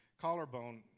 collarbone